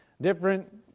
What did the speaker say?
different